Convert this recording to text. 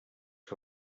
que